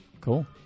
Cool